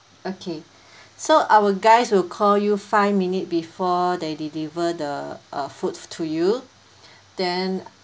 okay so our guys will call you five minutes before they deliver the uh foods to you then